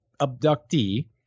abductee